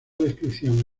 descripción